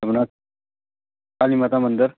ਆਪਣਾ ਕਾਲੀ ਮਾਤਾ ਮੰਦਰ